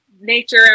nature